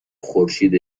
خورشید